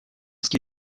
qu’il